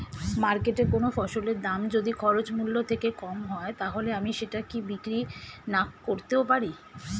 মার্কেটৈ কোন ফসলের দাম যদি খরচ মূল্য থেকে কম হয় তাহলে আমি সেটা কি বিক্রি নাকরতেও পারি?